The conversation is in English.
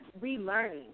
relearning